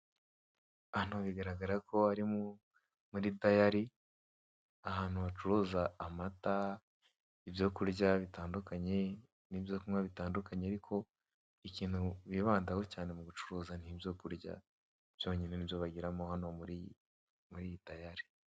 Hano bigaragara ko ari muri dayari ahantu bacuruza amata, ibyo kurya bitandukanye nibyo kunywa bitandukanye, ariko ikintu bibandaho cyane mugucuruza ni ibyo kurya byonyine nibyo bagira mo hano muri iyi dayari.